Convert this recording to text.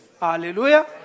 Hallelujah